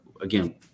again